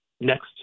next